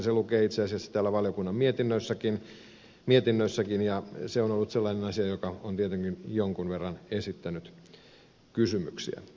se lukee itse asiassa täällä valiokunnan mietinnössäkin ja se on ollut sellainen asia joka on tietenkin jonkin verran herättänyt kysymyksiä